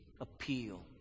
appeal